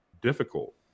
difficult